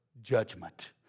judgment